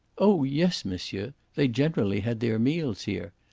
oh yes, monsieur. they generally had their meals here.